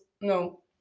no